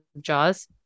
Jaws